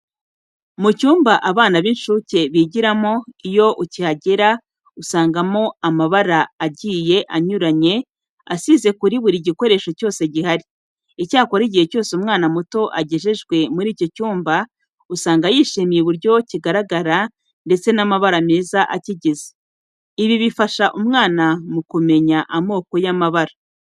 Mu cyumba abana b'incuke bigiramo, iyo ukihagera usangamo amabara agiye anyuranye asize kuri buri gikoresho cyose gihari. Icyakora, igihe cyose umwana muto agejejwe muri icyo cyumba, usanga yishimiye uburyo kigaragara ndetse n'amabara meza akigize. Ibi bifasha umwana mu kumenya amoko y'amabara.